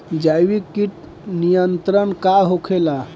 जैविक कीट नियंत्रण का होखेला?